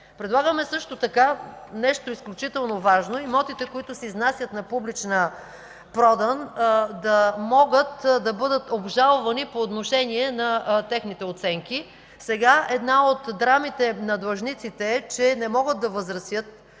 Предлагаме също така нещо изключително важно – имотите, които се изнасят на публична продан, да могат да бъдат обжалвани по отношение на техните оценки. Сега една от драмите на длъжниците е, че не могат да възразят